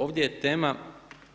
Ovdje je tema